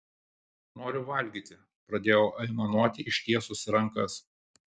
noriu valgyti pradėjau aimanuoti ištiesusi rankas